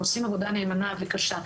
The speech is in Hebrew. הם עושים עבודה נאמנה וקשה.